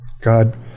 God